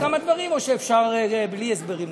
להסביר עוד כמה דברים או שאפשר בלי הסברים נוספים?